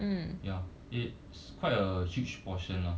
ya it's quite a huge portion lah